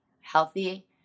healthy